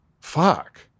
fuck